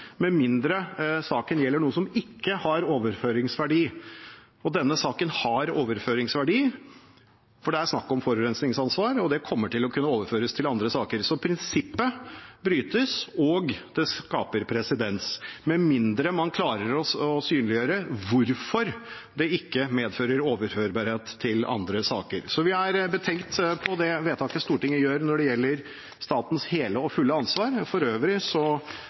med mindre saken gjelder noe som ikke har overføringsverdi. Og denne saken har overføringsverdi, for det er snakk om forurensningsansvar, og det kommer til å kunne overføres til andre saker. Så prinsippet brytes, og det skaper presedens, med mindre man klarer å synliggjøre hvorfor det ikke medfører overførbarhet til andre saker. Vi er betenkt med tanke på det vedtaket Stortinget gjør når det gjelder statens hele og fulle ansvar. For øvrig